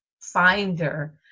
finder